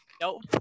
nope